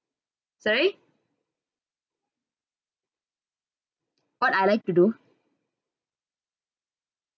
sorry what I like to do